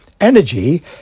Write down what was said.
Energy